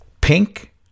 Pink